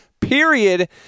period